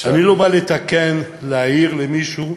אני לא בא לתקן או להעיר למישהו.